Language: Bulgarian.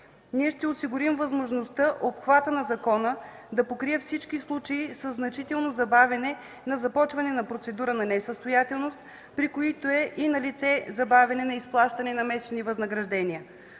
Ние ще осигурим възможност обхватът на закона да покрие всички случаи на значително забавяне на започване на процедура по несъстоятелност, при които е налице и забавяне на изплащането на месечни възнаграждения.